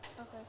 Okay